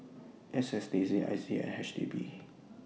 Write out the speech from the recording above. S S D C I C and H D B